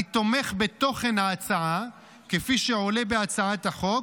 אני תומך בתוכן ההצעה כפי שעולה בהצעת החוק,